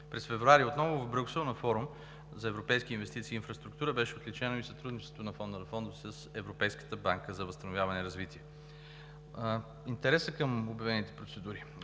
През февруари 2019 г., отново в Брюксел, на форум за европейски инвестиции в инфраструктура бе отличено и сътрудничеството на Фонда на фондовете и Европейската банка за възстановяване и развитие. Интересът към обявените процедури.